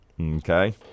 Okay